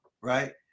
right